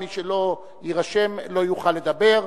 מי שלא יירשם, לא יוכל לדבר.